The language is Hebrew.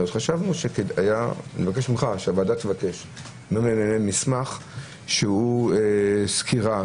אני מבקש ממך שהוועדה תבקש מסמך מהממ"מ שהוא סקירה,